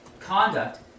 Conduct